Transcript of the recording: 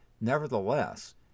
Nevertheless